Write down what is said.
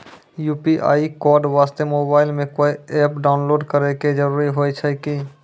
UPI code वास्ते mobile मे कोय एप्प डाउनलोड करे के जरूरी होय छै की?